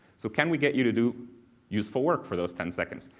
so, can we get you to do useful work for those ten seconds?